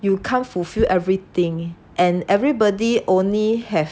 you can't fulfil everything and everybody only have